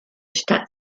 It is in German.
stadt